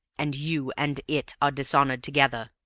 and you and it are dishonored together.